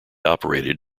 operated